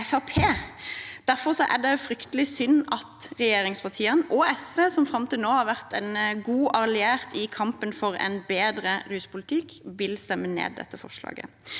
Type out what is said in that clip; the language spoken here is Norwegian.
Derfor er det fryktelig synd at regjeringspartiene og SV, som fram til nå har vært en god alliert i kampen for en bedre ruspolitikk, vil stemme ned dette forslaget.